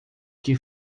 que